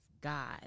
God